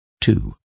two